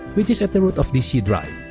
which is at the root of the c drive